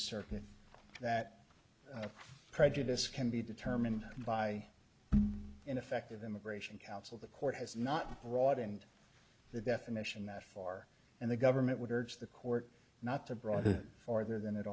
circuit that prejudice can be determined by ineffective immigration counsel the court has not broadened the definition that far and the government would urge the court not to broaden farther than it